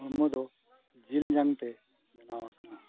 ᱦᱚᱲᱢᱚ ᱫᱚ ᱡᱤᱞ ᱡᱟᱝᱛᱮ ᱵᱮᱱᱟᱣ ᱟᱠᱟᱱᱟ